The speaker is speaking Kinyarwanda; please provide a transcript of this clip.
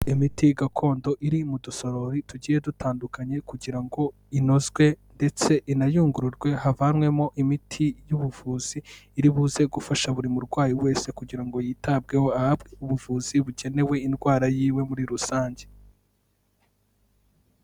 Imiti gakondo iri mu dusorori tugiye dutandukanye, kugira ngo inozwe ndetse inayungururwe havanywemo imiti y'ubuvuzi, iri buze gufasha buri murwayi wese kugira ngo yitabweho, ahabwe ubuvuzi bukenewe indwara yiwe muri rusange.